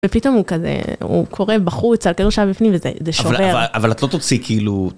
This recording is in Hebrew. ופתאום הוא כזה, הוא קורא בחוץ על כאילו שם בפנים וזה שובר. אבל את לא תוציאי כאילו...